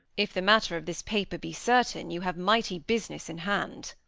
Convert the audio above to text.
if the matter of this paper be certain, you have mighty business in hand.